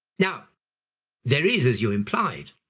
now there is, as you implied,